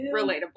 relatable